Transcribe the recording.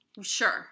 Sure